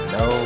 no